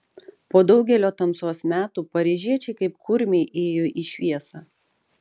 po daugelio tamsos metų paryžiečiai kaip kurmiai ėjo į šviesą